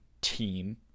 team